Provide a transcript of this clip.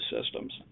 systems